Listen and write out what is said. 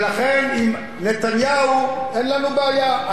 ולכן, עם נתניהו אין לנו בעיה.